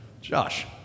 Josh